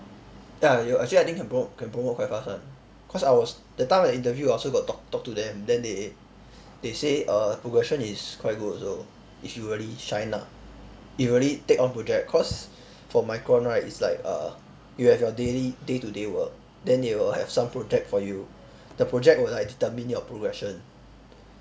ya you actually I think can promote can promote quite fast [one] cause I was that time I interviewed I also got talk talk to them then they say they say err progression is quite good also if you really shine lah if you really take on project cause for micron right is like uh you have your daily day-to-day work then they will have some project for you the project will like determine your progression